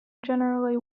generally